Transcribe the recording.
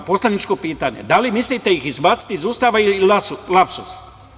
Poslaničko pitanje - da li mislite da ih izbacite iz Ustava ili lapsus?